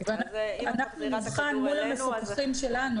אנחנו נבחן מול המפוקחים שלנו,